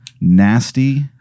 nasty